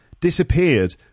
disappeared